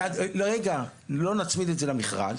רגע, לא נצמיד את זה למכרז,